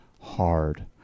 hard